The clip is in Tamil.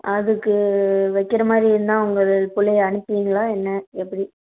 அதுக்கு வைக்கிறமாரி இருந்தால் உங்கள் பிள்ளைய அனுப்புவிங்களா என்ன எப்படி